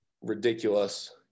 ridiculous